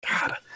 God